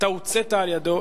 ואתה הוצאת על-ידו,